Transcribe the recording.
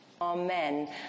Amen